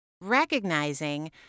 recognizing